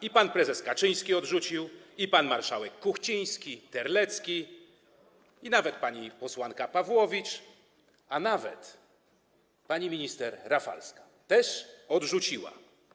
I pan prezes Kaczyński odrzucił, i pan marszałek Kuchciński, i pan Terlecki, i pani posłanka Pawłowicz, nawet pani minister Rafalska też odrzuciła.